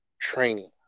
training